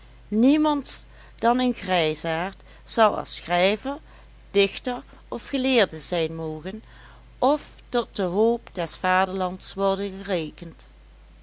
niemand dan een grijsaard zal er schrijver dichter of geleerde zijn mogen of tot de hoop des vaderlands worden gerekend